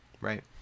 right